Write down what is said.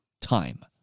time